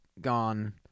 gone